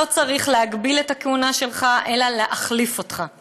לא צריך להגביל את הכהונה שלך אלא להחליף אותך.